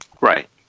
Right